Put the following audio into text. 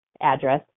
address